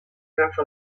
agafa